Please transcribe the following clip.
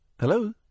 Hello